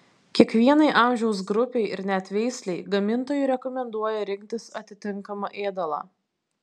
kiekvienai amžiaus grupei ir net veislei gamintojai rekomenduoja rinktis atitinkamą ėdalą